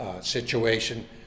situation